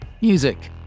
music